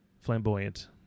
flamboyant